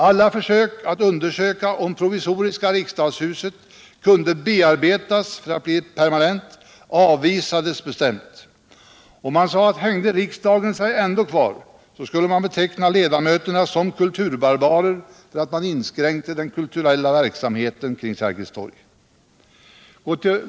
Alla försök att undersöka om det provisoriska riksdagshuset kunde bearbetas för att bli ett permanent riksdagshus avvisades bestämt. Man sade: Hängde riksdagen sig ändå kvar, skulle man beteckna ledamöterna sbm kulturbarbarer, vilka inskränkte den kulturella verksamheten kring Sergels torg.